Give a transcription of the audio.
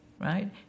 right